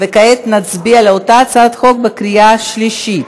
וכעת נצביע על אותה הצעת חוק בקריאה שלישית.